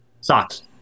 Socks